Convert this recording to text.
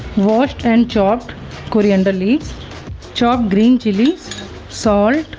washed and chopped coriander leaves chopped green chillies salt,